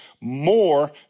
more